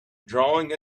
drawing